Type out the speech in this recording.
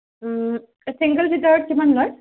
single চিটাৰত কিমান লয়